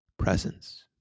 presence